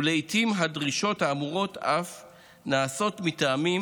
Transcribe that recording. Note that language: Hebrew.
ולעיתים הדרישות האמורות אף נעשות מטעמים